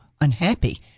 unhappy